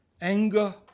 anger